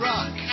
Rock